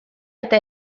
eta